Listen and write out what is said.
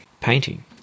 painting